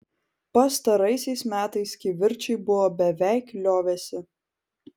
pastaraisiais metais kivirčai buvo beveik liovęsi